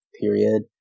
period